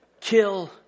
kill